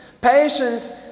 Patience